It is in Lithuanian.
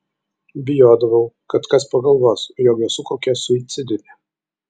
bijodavau kad kas pagalvos jog esu kokia suicidinė